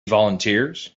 volunteers